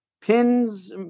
pins